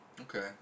Okay